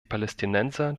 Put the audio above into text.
palästinenser